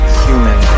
human